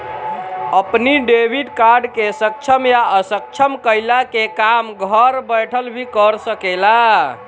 अपनी debit card के सक्षम या असक्षम कईला के काम घर बैठल भी कर सकेला